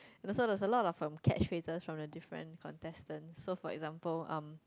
and also there is a lot of um catchphrases from the different contestant so for example um